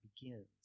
begins